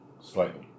Slightly